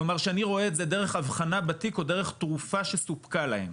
כלומר שאני רואה את זה דרך אבחנה בתיק או דרך תרופה שסופקה להם.